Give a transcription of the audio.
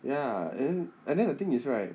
ya and and then the thing is right